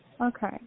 Okay